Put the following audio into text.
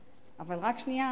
רק שנייה,